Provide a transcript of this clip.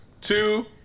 Two